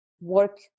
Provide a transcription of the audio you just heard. work